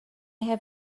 have